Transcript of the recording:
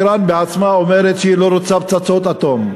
איראן בעצמה אומרת שהיא לא רוצה פצצות אטום.